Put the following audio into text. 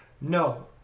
No